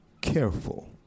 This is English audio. careful